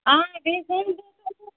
آ بیٚیہِ